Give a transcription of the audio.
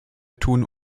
tun